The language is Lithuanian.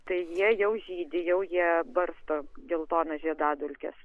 tai jie jau žydi jau jie barsto geltonas žiedadulkes